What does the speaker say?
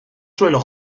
suelo